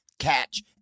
Catch